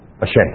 ashamed